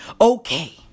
okay